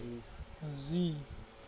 زی